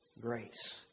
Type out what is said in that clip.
grace